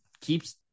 keeps